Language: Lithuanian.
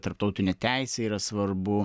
tarptautinė teisė yra svarbu